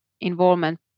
involvement